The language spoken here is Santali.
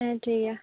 ᱦᱮᱸ ᱴᱷᱤᱠ ᱜᱮᱭᱟ